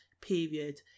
period